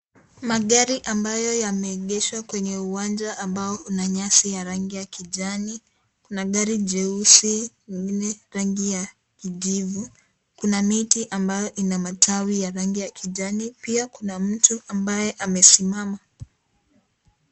Magari ambayo yameegeshwa kwenye uwanja ambao una nyasi ya rangi ya kijani. Kuna gari cheusi, ingine rangi ya kijivu. Kuna miti ambayo ina matawi ya rangi ya kijani. Pia, kuna mtu ambaye amesimama.